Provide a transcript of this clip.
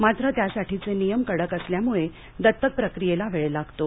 मात्र त्यासाठीचे नियम कडक असल्याम्ळे दत्तक प्रक्रियेला वेळ लागतो